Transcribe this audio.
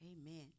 amen